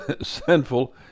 sinful